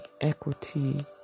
equity